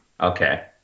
Okay